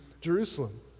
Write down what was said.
Jerusalem